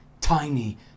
tiny